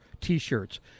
T-shirts